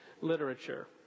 literature